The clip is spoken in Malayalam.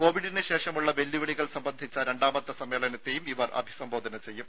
കോവിഡിന് ശേഷമുള്ള വെല്ലുവിളികൾ സംബന്ധിച്ച രണ്ടാമത്തെ സമ്മേളനത്തെയും ഇവർ അഭിസംബോധന ചെയ്യും